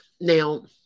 Now